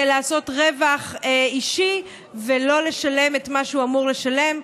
לעשות רווח אישי ולא לשלם את מה שהוא אמור לשלם.